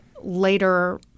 later